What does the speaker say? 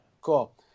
Cool